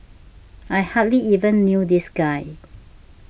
I hardly even knew this guy